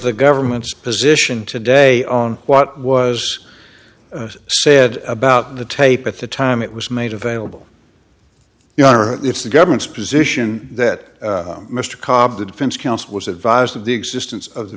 the government's position today on what was said about the tape at the time it was made available you know if the government's position that mr cobb the defense counsel was advised of the existence of the